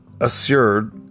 assured